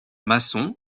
masson